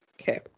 Okay